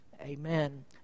amen